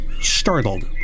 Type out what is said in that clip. startled